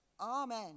Amen